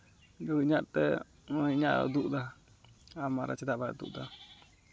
ᱛᱚ ᱤᱧᱟᱹᱜ ᱛᱮ ᱦᱚᱸᱜᱼᱚᱭ ᱤᱧᱟᱹᱜᱼᱮ ᱩᱫᱩᱜᱼᱫᱟ ᱟᱢᱟᱜ ᱨᱮ ᱪᱮᱫᱟᱜ ᱵᱟᱭ ᱩᱫᱩᱜᱼᱫᱟ